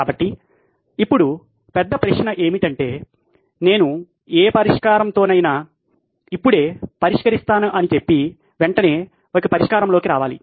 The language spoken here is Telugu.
కాబట్టి ఇప్పుడు పెద్ద ప్రశ్న ఏమిటి అంటే నేను ఏ పరిష్కారంతోనైనా ఇప్పుడే పరిష్కరిస్తానని చెప్పి వెంటనే ఒక పరిష్కారంలోకి రావాలి